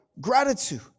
gratitude